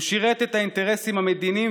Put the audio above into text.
הוא שירת את האינטרסים המדיניים